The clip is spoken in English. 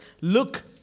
Look